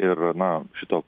ir na šito